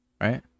Right